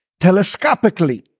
telescopically